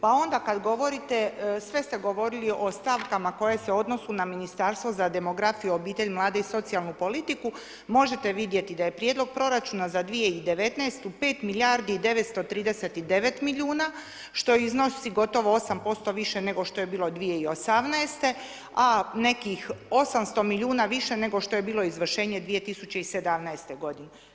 Pa onda kada govorite, sve ste govorili o stavkama koje se odnosi na Ministarstvo za demografiju, obitelj, mladu i socijalnu politiku, možete vidjeti da je prijedlog proračuna za 2019.-tu 5 milijardi i 939 milijuna, što iznosi gotovo 8% više nego što je bilo 2018.-te, a nekih 800 milijuna više nego što je bilo izvršenje 2017.-te godine.